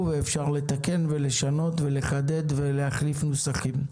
ואפשר לתקן ולשנות ולחדד ולהחליף נוסחים.